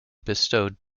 bestowed